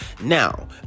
Now